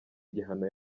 igihano